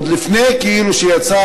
עוד לפני שיצא,